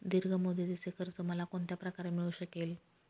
दीर्घ मुदतीचे कर्ज मला कोणत्या प्रकारे मिळू शकेल?